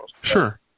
Sure